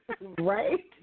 Right